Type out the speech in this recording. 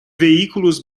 veículos